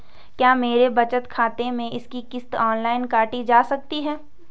क्या मेरे बचत खाते से इसकी किश्त ऑनलाइन काटी जा सकती है?